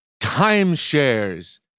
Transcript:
timeshares